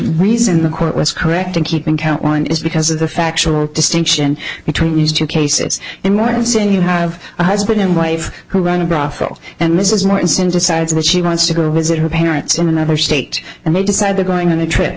reason the court was correct in keeping count one is because of the factual distinction between these two cases and more than saying you have a husband and wife who run a profit and this is not instant decides that she wants to go visit her parents in another state and they decide they're going on a trip